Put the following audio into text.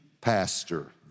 pastor